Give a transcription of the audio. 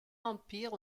empire